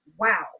wow